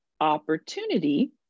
opportunity